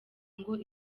ngo